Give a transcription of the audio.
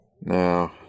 No